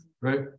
right